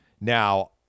Now